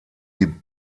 die